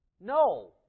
No